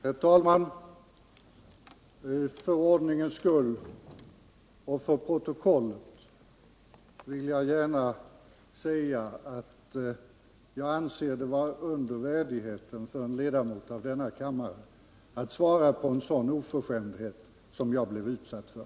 Herr talman! För ordningens skull och för protokollet vill jag säga att jag anser det vara under min värdighet som ledamot av denna kammare att svara på en sådan oförskämdhet som jag här blev utsatt för.